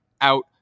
out